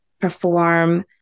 perform